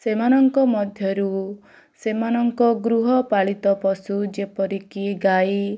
ସେମାନଙ୍କ ମଧ୍ୟରୁ ସେମାନଙ୍କ ଗୃହପାଳିତ ପଶୁ ଯେପରିକି ଗାଈ